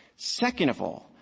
second of all,